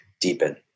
deepen